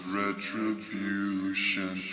retribution